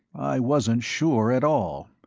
i wasn't sure at all.